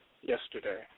yesterday